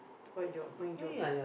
what job my job